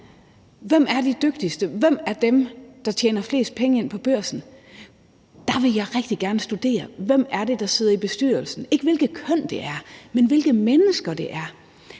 Hvem er de dygtigste? Hvem er dem, der tjener flest penge på børsen? Der vil jeg rigtig gerne studere, hvem det er, der sidder i bestyrelsen, ikke hvilke køn de har, men hvilke mennesker det er.